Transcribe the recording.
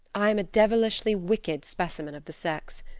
i am a devilishly wicked specimen of the sex.